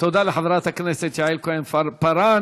תודה לחברת הכנסת יעל כהן-פארן.